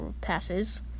passes